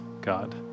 God